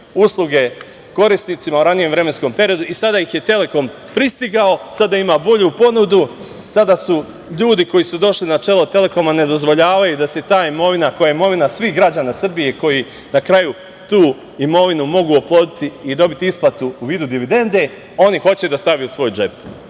korisnica u ranijem vremenskom periodu i sada ih je „Telekom“ pristigao, sada ima bolju ponudu, sada ljudi koji su došli na čelo „Telekoma“ ne dozvoljavaju da se ta imovina koja je imovina svih građana Republike Srbije koji na kraju tu imovinu mogu oploditi i dobiti isplatu u vidu dividende, oni hoće da stave u svoj džep.